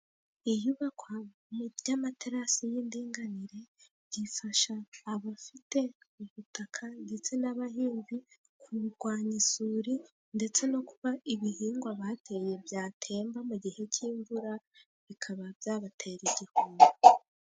Iyubakwa mu by'amaterasi y'indinganire, rifasha abafite ubutaka ndetse n'abahinzi kurwanya isuri ndetse no kuba ibihingwa bateye byatemba mu gihe cy'imvura, bikaba byabatera igihombo.